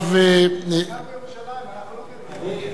אחריו, אתה גר בירושלים, אנחנו לא בירושלים.